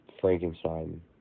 Frankenstein